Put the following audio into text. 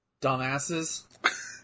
Dumbasses